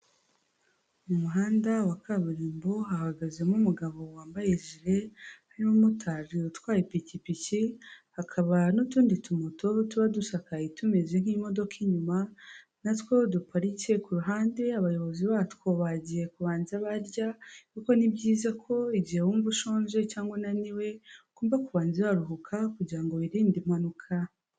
Mu muhanda wa kaburimbo hahagazemo umugabo wambaye jire, hari n'umumotari utwaye ipikipiki, hakaba n'utundi tumoto tuba dusakaye tumeze nk'imodoka inyuma, na two duparitse ku ruhande abayobozi batwo bagiye kubanza barya kuko ni byiza ko igihe wumva ushonje cyangwa unaniwe, ugomba kubanza waruhuka kugira ngo wirinde impanuka.